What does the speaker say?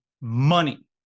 money